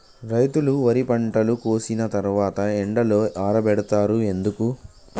రైతులు వరి పంటను కోసిన తర్వాత ఎండలో ఆరబెడుతరు ఎందుకు?